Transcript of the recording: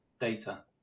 data